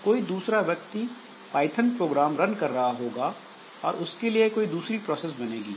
कोई दूसरा व्यक्ति पाइथन प्रोग्राम रन कर रहा होगा और उसके लिए कोई दूसरी प्रोसेस बनेगी